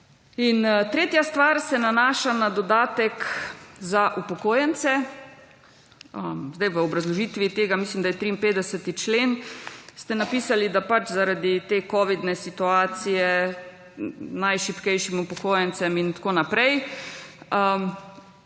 to. Tretja stvar se nanaša na dodatek za upokojence. Seveda v obrazložitvi tega mislim, da je 53. člen ste napisali, da zaradi te covidne situacije najšibkejšim upokojencem in tako naprej